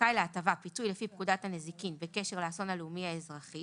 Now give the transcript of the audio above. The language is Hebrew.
לזכאי להטבה פיצוי לפי פקודת הנזיקין בקשר לאסון הלאומי האזרחי